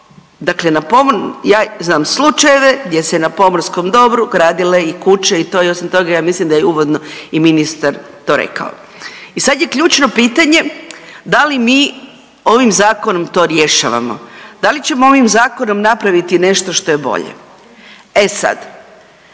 dakle ja znam slučajeve gdje se na pomorskom dobru gradile i kuće i osim toga ja mislim da je uvodno i ministar to rekao. I sad je ključno pitanje da li mi ovim zakonom to rješavamo, da li ćemo ovim zakonom napraviti nešto što je bolje? E sad,